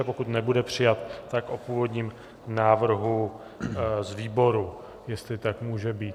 Pokud nebude přijat, tak o původním návrhu z výboru, jestli to tak může být.